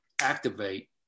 activate